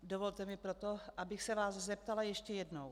Dovolte mi proto, abych se vás zeptala ještě jednou.